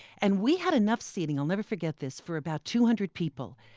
and we had enough seating i'll never forget this for about two hundred people.